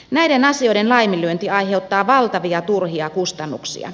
näiden asioiden laiminlyönti aiheuttaa valtavia turhia kustannuksia